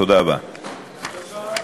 תודה רבה.